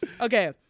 Okay